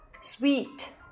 Sweet